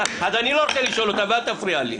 אז אני לא רוצה לשאול אותה ואל תפריע לי.